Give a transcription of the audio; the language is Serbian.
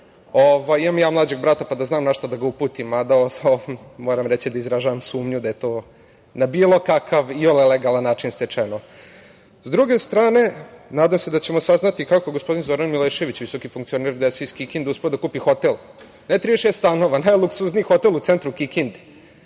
Imam i ja mlađeg brata, pa da znam na šta da ga uputim, mada moram reći da izražavam sumnju da je to na bilo kakav iole legalan način stečeno. Sa druge strane, nadam se da ćemo saznati kako je gospodin Zoran Milešević, visoki funkcioner DS iz Kikinde, uspeo da kupi hotel, ne 36 stanova, najluksuzniji hotel u centru Kikinde,